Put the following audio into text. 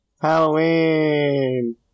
Halloween